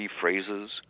phrases